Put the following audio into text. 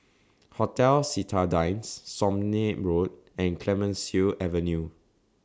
Hotel Citadines Somme Road and Clemenceau Avenue